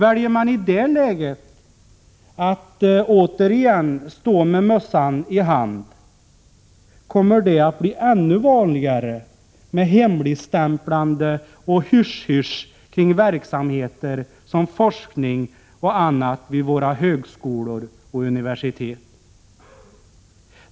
Väljer man i det läget att återigen stå med mössan i hand kommer det att bli ännu vanligare med hemligstämplande och hysch-hysch kring verksamheter som forskning och annat vid högskolor och universitet.